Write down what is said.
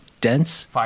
dense